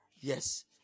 Yes